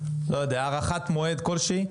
הארכת מועד כלשהי.